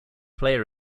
player